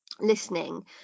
listening